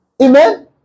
Amen